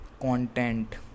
content